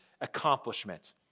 accomplishment